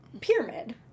Pyramid